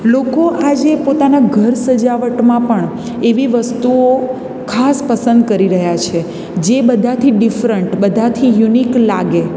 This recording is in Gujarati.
લોકો આજે પોતાનાં ઘર સજાવટમાં પણ એવી વસ્તુઓ ખાસ પસંદ કરી રહ્યા છે જે બધાથી ડિફરન્ટ બધાથી યુનિક લાગે